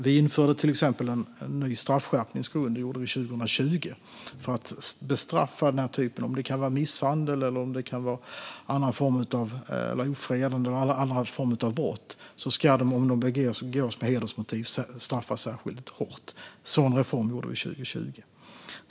Vi införde till exempel en ny straffskärpningsgrund 2020 för att särskilt hårt bestraffa misshandel, ofredande eller andra typer av brott som begås med hedersmotiv.